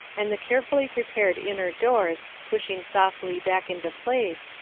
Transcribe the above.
and the carefully prepared inner doors pushing softly back into place,